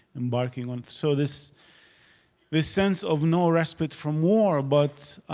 embarking on, so this this sense of no respite from war, but